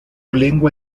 lengua